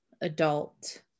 adult